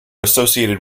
associated